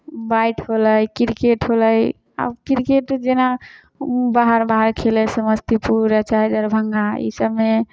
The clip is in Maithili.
बाइट होलै किरकेट होलै आब किरकेट जेना ओ बाहर बाहर खेलै समस्तीपुर आ चाहे दरभंगा ई सभमे